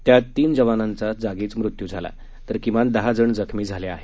त्यात तीन जवानांचा जागीच मृत्यू झाला तर किमान दहाजण जखमी झाले आहेत